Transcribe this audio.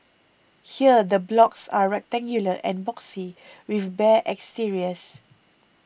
here the blocks are rectangular and boxy with bare exteriors